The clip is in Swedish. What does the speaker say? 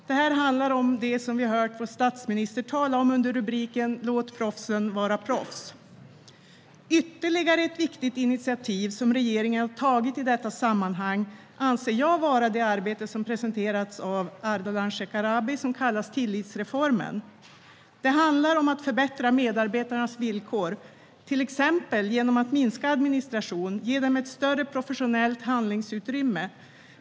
Det handlar om det som vi har hört vår statsminister tala om under rubriken "låt proffsen vara proffs". Ytterligare ett viktigt initiativ som regeringen har tagit i detta sammanhang anser jag vara det arbete som presenterats av Ardalan Shekarabi och som kallas regeringens tillitsreform. Det handlar om att förbättra medarbetarnas villkor, till exempel genom att minska administration och ge dem ett större professionellt handlingsutrymme.